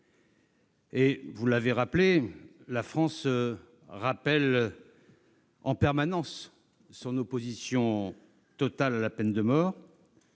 vous l'avez souligné, la France rappelle en permanence son opposition totale à la peine de mort,